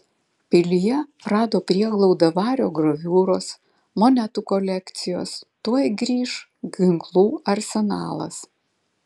pilyje rado prieglaudą vario graviūros monetų kolekcijos tuoj grįš ginklų arsenalas